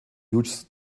hughes